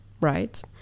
right